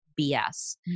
BS